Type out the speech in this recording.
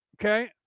Okay